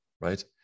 right